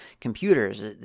computers